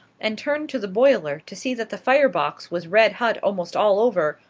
and turned to the boiler to see that the fire-box was red hot almost all over,